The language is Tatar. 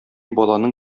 баланың